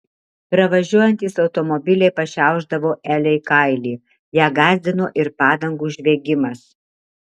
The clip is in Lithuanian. pravažiuojantys automobiliai pašiaušdavo elei kailį ją gąsdino ir padangų žviegimas